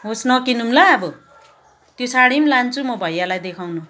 होस् न किनौँ ल अब त्यो सारी लान्छु म भैयालाई देखाउनु